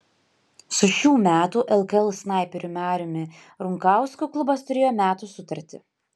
su šių metų lkl snaiperiu mariumi runkausku klubas turėjo metų sutartį